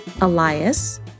Elias